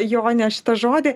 jonė šitą žodį